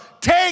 take